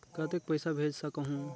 कतेक पइसा भेज सकहुं?